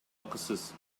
акысыз